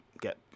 get